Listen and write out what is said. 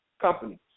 companies